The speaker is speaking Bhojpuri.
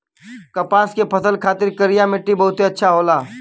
कपास के फसल खातिर करिया मट्टी बहुते अच्छा होला